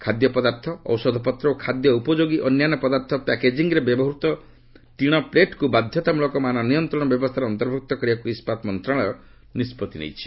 ଖାଦ୍ୟପଦାର୍ଥ ଔଷଧପତ୍ର ଓ ଖାଦ୍ୟ ଉପଯୋଗୀ ଅନ୍ୟାନ୍ୟ ପଦାର୍ଥ ପ୍ୟାକେଜିଂରେ ବ୍ୟବହୃତ ଟିଣପ୍ଲେଟ୍କୁ ବାଧ୍ୟତାମୂଳକ ମାନ ନିୟନ୍ତ୍ରଣ ବ୍ୟବସ୍ଥାର ଅନ୍ତର୍ଭୁକ୍ତ କରିବାକୁ ଇସ୍କାତ ମନ୍ତ୍ରଣାଳୟ ନିଷ୍ପଭି ଗ୍ରହଣ କରିଛି